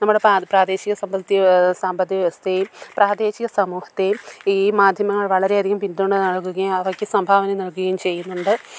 നമ്മുടെ പ്രാദേശിക സാമ്പത്തിക വ്യവസ്ഥയിൽ പ്രാദേശിക സമൂഹത്തേയും ഈ മാധ്യമങ്ങൾ വളരെ അധികം പിന്തുണ നൽകുകയും അവയ്ക്ക് സംഭാവന നൽകുകയും ചെയ്യുന്നുണ്ട്